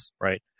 Right